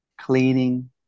cleaning